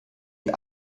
die